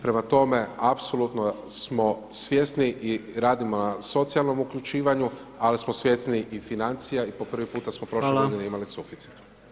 Prema tome, apsolutno smo svjesni i radimo na socijalnom uključivanju ali smo svjesni i financija i po prvi puta smo prošle godine [[Upadica: Hvala.]] imali suficit.